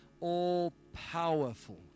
all-powerful